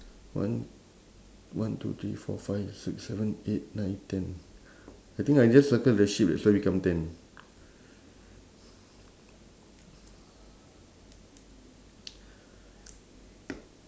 one one two three four five six seven eight nine ten I think I just circle the sheep that's why become ten